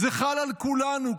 זה חל על כולנו,